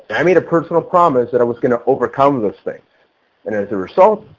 i made a personal promise that i was going to overcome these things and as a result,